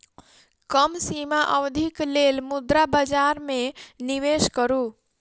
कम सीमा अवधिक लेल मुद्रा बजार में निवेश करू